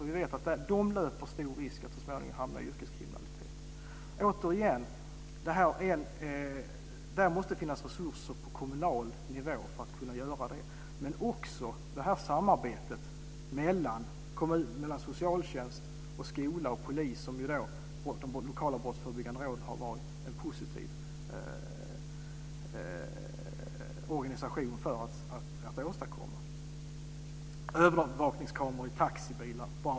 Vi vet att de löper stor risk att så småningom hamna i yrkeskriminalitet. Återigen: Det måste finnas resurser på kommunal nivå för det. Men det måste också finnas ett samarbete mellan socialtjänst, skola och polis. De lokala brottsförebyggande råden har ju varit en positiv organisation för att åstadkomma det. Avslutningsvis till övervakningskameror i taxibilar.